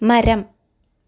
മരം